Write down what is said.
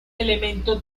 elemento